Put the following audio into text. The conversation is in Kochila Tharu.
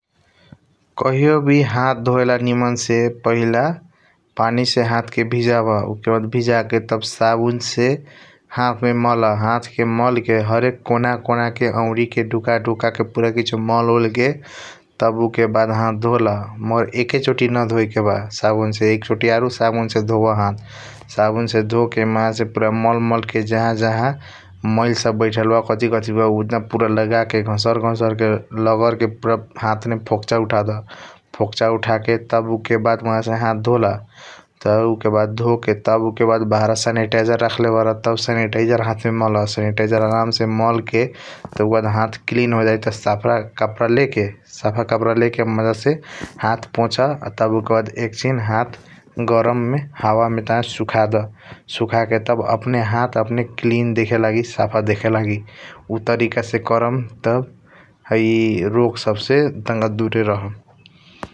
कहियों वी हाथ ढोयाला निमन से पहिला पनि से हाथ के भिजब उके बाद संबुन से हाथ के मला हाथ के मल के । हरेक कोना कोना के आउरी के दुका दुका के पूरा किसियों मल ओल के तब उके बाद हाथ ढोला मगर एकचोटी न ढोयाके बा । साबुन से एकचोटी आरु साबुन से ढोआ हाथ साबुन से धोके मज़ा ले पूरा ओरी मल मल के जहा जहा माईएल सब बैठाल बा । कथी कथी बा उजना पूरा लगाके घासर घसर के लगर के पूरा हाथ मे फोकच उथड़ा फोकच उठा के तब उके बाद उह से । हाथ ढोला त उहके बाद बाहर सनेटाइज़ेर रखले बार त सनीटाइज़ेर हाथ मे मला सनीटाइज़ेर आराम से मल के तब उके बाद हाथ क्लीन होइजै त । साफ कपड़ा ले के मज़ा से हाथ पोष तब एक्सिन हाथ गरम हवा मे सुख दा सुख के तब आपण हाथ पाने क्लीन देखे लागि साफ देखे लगी । उ तरीका से कर्म त है रोग सब से दुरे रहम ।